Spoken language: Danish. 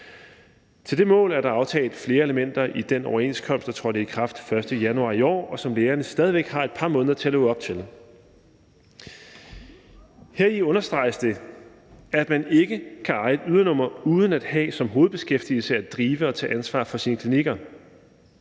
Til det mål er der aftalt flere elementer i den overenskomst, som trådte i kraft den 1. januar i år, og som lægerne stadig væk har et par måneder til at leve op til. Heri understreges det, at man ikke kan eje et ydernummer uden at have som hovedbeskæftigelse at drive og tage ansvar for sin klinik.